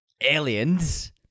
Aliens